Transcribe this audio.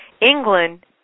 England